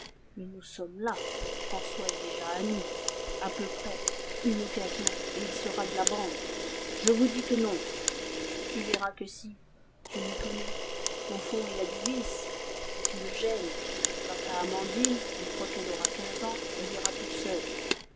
mais nous sommes là françois est déjà à nous à peu près une occasion et il sera de la bande je vous dis que non tu verras que si je m'y connais au fond il a du vice mais tu le gênes quant à amandine une fois qu'elle aura quinze ans elle ira toute seule